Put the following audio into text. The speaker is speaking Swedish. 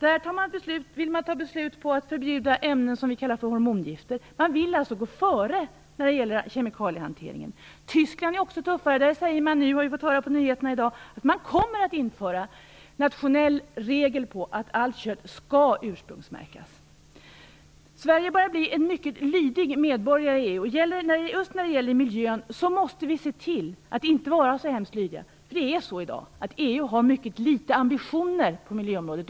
Där vill man fatta beslut om att förbjuda ämnen som vi kallar hormongifter - man vill alltså gå före när det gäller kemikaliehanteringen. Tyskland är också tuffare. Där säger man, har vi fått höra på nyheterna i dag, att man kommer att införa nationella regler om att allt kött skall ursprungsmärkas. Sverige börjar bli en mycket lydig medborgare i EU. Just när det gäller miljön måste vi se till att inte vara så lydiga. I dag har EU mycket litet ambitioner på miljöområdet.